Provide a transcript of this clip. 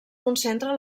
concentra